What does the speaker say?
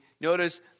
notice